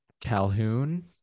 Calhoun